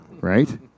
Right